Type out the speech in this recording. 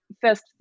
first